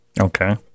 Okay